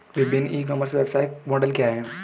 विभिन्न e commerce व्यवसाय model क्या हैं?